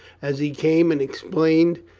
as he came, and exclaimed,